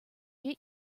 get